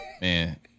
Man